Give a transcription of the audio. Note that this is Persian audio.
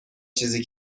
چیزی